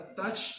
touch